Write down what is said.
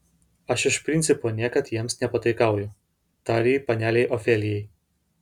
aš iš principo niekad jiems nepataikauju tarė ji panelei ofelijai